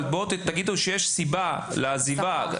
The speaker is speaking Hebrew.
אבל בואו תגידו שיש סיבה לעזיבה.